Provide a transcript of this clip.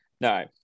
No